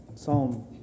Psalm